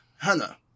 Hannah